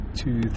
two